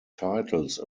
titles